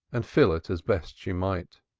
and fill it as best she might.